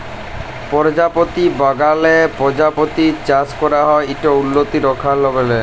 পরজাপতি বাগালে পরজাপতি চাষ ক্যরা হ্যয় ইট উল্লত রখলাবেখল